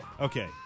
Okay